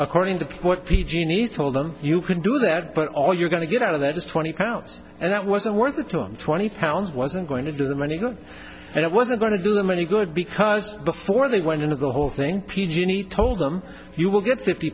according to port p g needs told them you can do that but all you're going to get out of that is twenty pounds and that wasn't worth the time twenty pounds wasn't going to do them any good and it wasn't going to do them any good because before they went into the whole thing p g and e told them you will get fifty